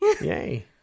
Yay